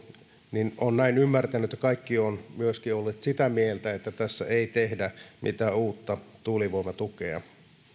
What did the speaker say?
kaikki olen näin ymmärtänyt ovat myöskin olleet sitä mieltä että tässä ei tehdä mitään uutta tuulivoimatukea